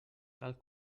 cal